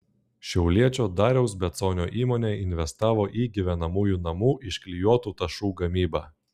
šiauliečio dariaus beconio įmonė investavo į gyvenamųjų namų iš klijuotų tašų gamybą